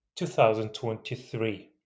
2023